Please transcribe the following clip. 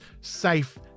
safe